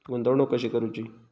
गुंतवणूक कशी करूची?